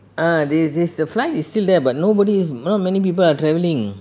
ah the the yes the flight is still there but nobody is not many people are travelling